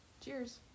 cheers